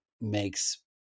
makes